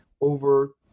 over